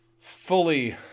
fully